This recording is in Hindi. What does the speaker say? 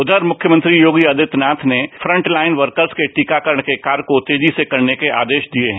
त्यर मुख्यमंत्री योगी आदित्यनाथ ने फ्रंट ताइन वर्कर्ता के टीकाकरण के कार्य को तेजी से करने के आदेश दिए हैं